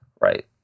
right